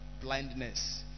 blindness